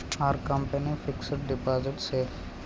Are company fixed deposit safe?